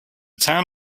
town